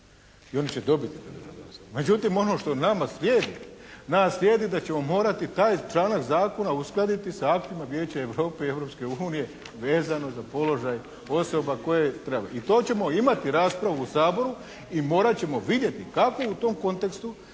I oni će dobiti državljanstvo. Međutim ono što nama slijedi. Nama slijedi da ćemo morati taj članak zakona uskladiti sa aktima Vijeća Europe i Europske unije vezano za položaj osoba koje … /Govornik se ne razumije./ … I to ćemo imati raspravu u Saboru i morat ćemo vidjeti kako u tom kontekstu